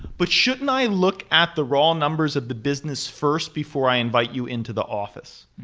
but shouldn't i look at the raw numbers of the business first before i invite you into the office?